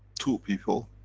two people,